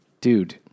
Dude